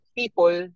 people